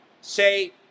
say